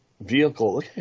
vehicle